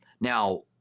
Now